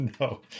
No